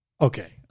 Okay